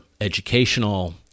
educational